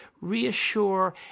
reassure